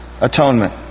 atonement